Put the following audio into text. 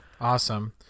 awesome